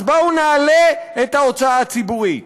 אז בואו נעלה את ההוצאה הציבורית.